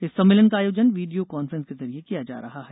इस सम्मेलन का आयोजन वीडियो कांफ्रेंस के जरिये किया जा रहा है